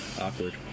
Awkward